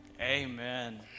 Amen